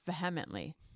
vehemently